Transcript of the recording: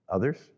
Others